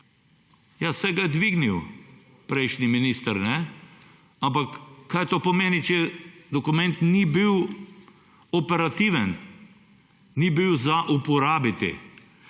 Ja, saj ga je dvignil prejšnji minister, ampak kaj to pomeni, če dokument ni bil operativen, ni bil za uporabiti.